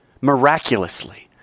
miraculously